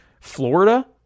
Florida